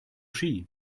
ski